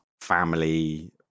family